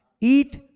Eat